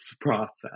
process